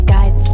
Guys